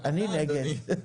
אני נגד.